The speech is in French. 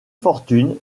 fortune